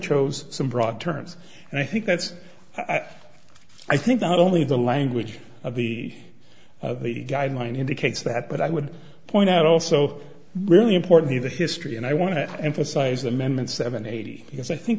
chose some broad terms and i think that's i think not only the language of the guideline indicates that but i would point out also really important to the history and i want to emphasize the amendment seven eighty because i think